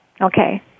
Okay